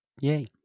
Yay